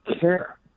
care